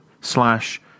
slash